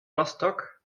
rostock